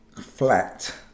flat